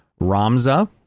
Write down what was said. Ramza